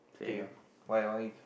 K why why